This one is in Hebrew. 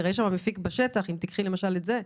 המפיק בשטח למשל..